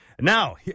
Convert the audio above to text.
Now